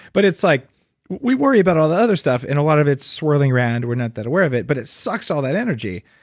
but like we worry about all the other stuff and a lot of it's swirling around, we're not that aware of it, but it sucks all that energy.